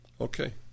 Okay